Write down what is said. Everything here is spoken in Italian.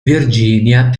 virginia